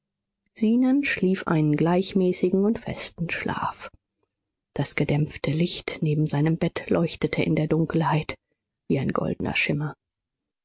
zenon schlief einen gleichmäßigen und festen schlaf das gedämpfte licht neben seinem bett leuchtete in der dunkelheit wie ein goldener schimmer